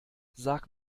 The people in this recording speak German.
sag